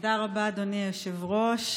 תודה רבה, אדוני היושב-ראש.